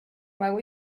mago